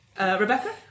Rebecca